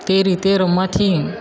તે રીતે રમવાથી